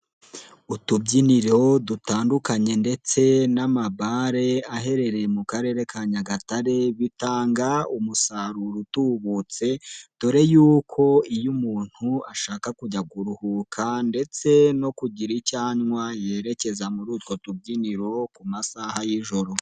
Utubyiniro dutandukanye ndetse n'ama bar aherereye mu karere ka nyagatare bitanga umusaruro utubutse. Dore y'uko iyo umuntu ashaka kujya kuruhuka ndetse no kugira icyo anywa yerekeza muri utwo tubyiniro ku masaha y'ijoro.